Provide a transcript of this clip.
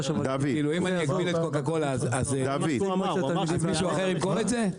כאילו אם אני אגביל את קוקה קולה אז מישהו אחר ימכור את זה?